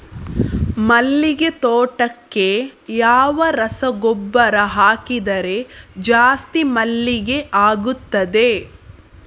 ಮಲ್ಲಿಗೆ ತೋಟಕ್ಕೆ ಯಾವ ರಸಗೊಬ್ಬರ ಹಾಕಿದರೆ ಜಾಸ್ತಿ ಮಲ್ಲಿಗೆ ಆಗುತ್ತದೆ?